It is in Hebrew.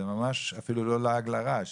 זה אפילו לא לעג לרש,